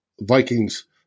Vikings